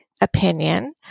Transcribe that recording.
opinion